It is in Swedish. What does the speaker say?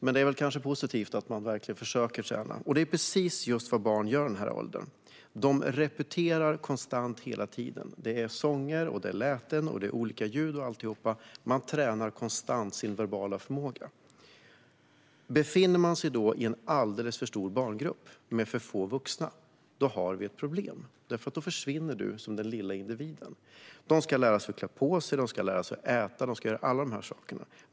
Men det är väl kanske positivt att hon verkligen försöker träna, och det är precis vad barn gör i den åldern. De repeterar hela tiden sånger, läten och olika ljud. De tränar konstant sin verbala förmåga. Befinner man sig då i en alldeles för stor barngrupp och med för få vuxna, då har vi ett problem därför att då försvinner man som den lilla individen. Barnen ska lära sig att klä på sig, att äta och så vidare.